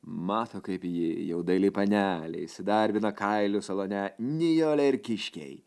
mato kaip ji jau daili panelė įsidarbina kailių salone nijolė ir kiškiai